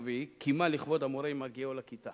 הרביעי, קימה לכבוד המורה עם הגיעו לכיתה